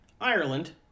Ireland